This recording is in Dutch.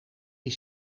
die